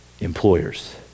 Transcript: employers